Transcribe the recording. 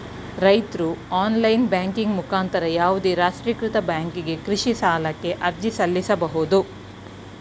ರೈತ್ರು online banking ಮುಖಾಂತರ ಯಾವುದೇ ರಾಷ್ಟ್ರೀಕೃತ ಬ್ಯಾಂಕಿಗೆ ಕೃಷಿ ಸಾಲಕ್ಕೆ ಅರ್ಜಿ ಸಲ್ಲಿಸಬೋದು